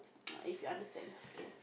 if you understand kay